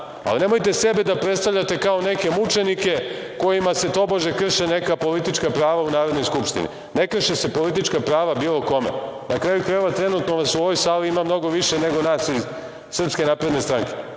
Ali, nemojte sebe da predstavljate kao neke mučenike kojima se tobože krše neka politička prava u Narodnoj skupštini. Ne krše se politička prava bilo kome. Na kraju krajeva, trenutno vas u ovoj sali ima mnogo više nego nas iz SNS. Imaćete pravo